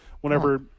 whenever